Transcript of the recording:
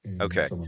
Okay